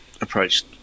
approached